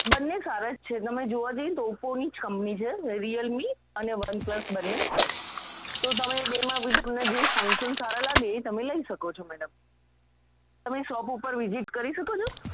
બન્ને સારા જ છે તમે જોવા જઈએ ને ઓપ્પોની જ કંપની છે રિયલમી અને વનપ્લસ બન્ને તો તમે બેમાંથી તમને જે ફંક્શન સારા લાગે એ તમે લઇ શકો છો મૅડમ તમે શૉપ ઉપર વિઝિટ કરી શકો છો